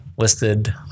listed